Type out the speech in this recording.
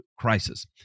crisis